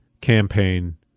campaign